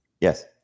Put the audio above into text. Yes